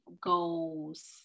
goals